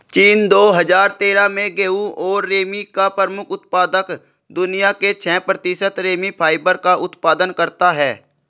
चीन, दो हजार तेरह में गेहूं और रेमी का प्रमुख उत्पादक, दुनिया के छह प्रतिशत रेमी फाइबर का उत्पादन करता है